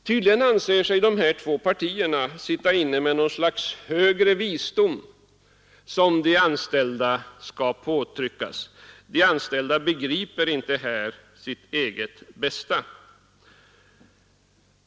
Tydligen anser sig dessa två partier sitta inne med ”en högre visdom” som skall påtvingas de anställda. De anställda begriper inte här 51 sitt eget bästa.